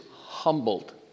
humbled